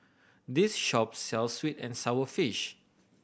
this shop sells sweet and sour fish